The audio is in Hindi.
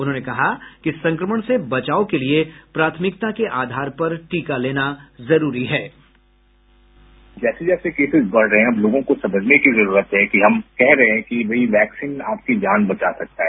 उन्होंने कहा कि संक्रमण से बचाव के लिए प्राथमिकता के आधार पर टीका लेना जरूरी है साउंड बाईट जैसे जैसे केसेज बढ़ रहे हैं हमलोगों को समझने की जरूरत है कि हम कह रहे हैं कि वैक्सीन आपकी जान बचा सकता है